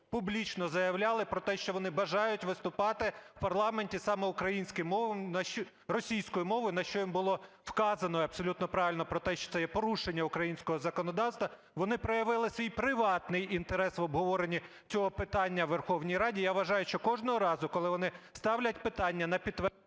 публічно заявляли про те, що вони бажають виступати в парламенті саме українською мовою… російською мовою, на що їм було вказано, і абсолютно правильно, про те, що це є порушення українського законодавства. Вони проявили свій приватний інтерес в обговоренні цього питання у Верховній Раді. Я вважаю, що кожного разу, коли вони ставлять питання на підтвердження…